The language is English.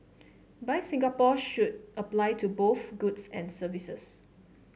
buy Singapore should apply to both goods and services